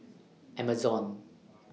Amazon